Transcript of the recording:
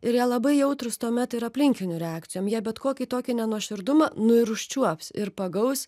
ir jie labai jautrūs tuomet ir aplinkinių reakcijom jie bet kokį tokį nenuoširdumą nu ir užčiuops ir pagaus